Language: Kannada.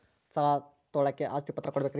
ಸಾಲ ತೋಳಕ್ಕೆ ಆಸ್ತಿ ಪತ್ರ ಕೊಡಬೇಕರಿ?